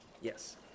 Yes